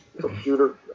computer